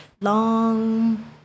long